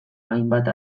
hainbat